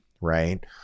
right